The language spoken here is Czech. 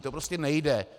To prostě nejde.